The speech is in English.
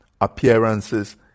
appearances